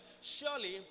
surely